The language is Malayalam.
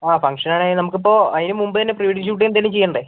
ഫങ്ക്ഷൻ ആണെങ്കിൽ നമുക്കിപ്പോൾ അതിനുമുൻപ് തന്നെ പ്രീ വെഡ്ഡിങ് ഷൂട്ട് എന്തെങ്കിലും ചെയ്യണ്ടേ